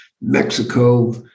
Mexico